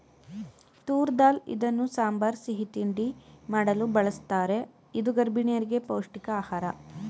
ತೂರ್ ದಾಲ್ ಇದನ್ನು ಸಾಂಬಾರ್, ಸಿಹಿ ತಿಂಡಿ ಮಾಡಲು ಬಳ್ಸತ್ತರೆ ಇದು ಗರ್ಭಿಣಿಯರಿಗೆ ಪೌಷ್ಟಿಕ ಆಹಾರ